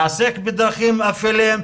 בדרכים אפלות.